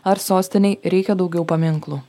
ar sostinei reikia daugiau paminklų